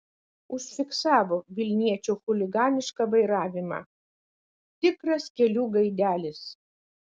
užfiksavo vilniečio chuliganišką vairavimą tikras kelių gaidelis